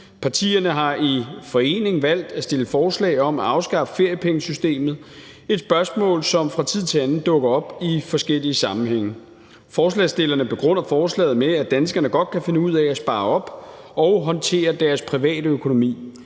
Partierne har i forening valgt at fremsætte et forslag om at afskaffe feriepengesystemet – et spørgsmål, som fra tid til anden dukker op i forskellige sammenhænge. Forslagsstillerne begrunder forslaget med, at danskerne godt kan finde ud af at spare op og håndtere deres private økonomi.